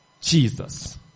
Jesus